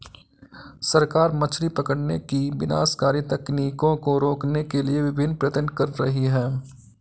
सरकार मछली पकड़ने की विनाशकारी तकनीकों को रोकने के लिए विभिन्न प्रयत्न कर रही है